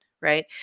right